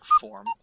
form